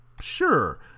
Sure